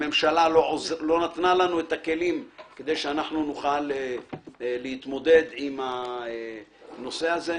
הממשלה לא נתנה לנו את הכלים כדי שנוכל להתמודד עם הנושא הזה,